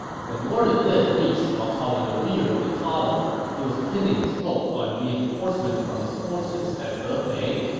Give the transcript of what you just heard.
when word of this reached cao cao in the rear of the column, he was pinning his hopes on reinforcements from his forces at hefei.